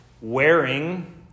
wearing